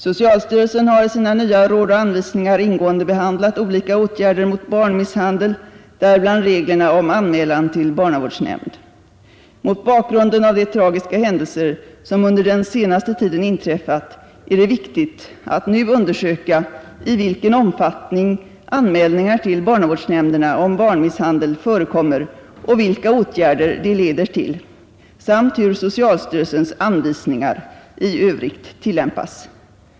Socialstyrelsen har i sina nya råd och anvisningar ingående behandlat olika åtgärder mot barnmisshandel, däribland reglerna om anmälan till barnavårdsnämnd. Mot bakgrunden av de tragiska händelser som under den senaste tiden inträffat är det viktigt att nu undersöka i vilken omfattning anmälningar till barnavårdsnämnderna om barnmisshandel förekommer och vilka åtgärder de leder till samt hur socialstyrelsens anvisningar i övrigt tillämpas.